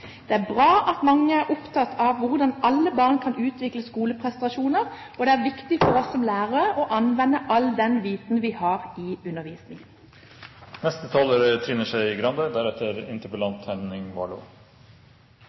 «Det er bra at mange er opptatt av hvordan alle barn kan utvikle gode skoleprestasjoner, og det er viktig for oss som lærere å anvende all den viten vi har i